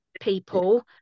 people